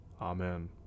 Amen